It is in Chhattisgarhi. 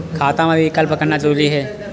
खाता मा विकल्प करना जरूरी है?